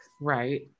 right